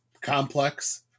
complex